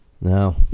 No